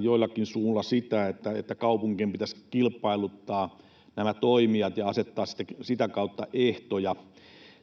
joillakin suilla, että kaupunkien pitäisi kilpailuttaa nämä toimijat ja asettaa sitä kautta ehtoja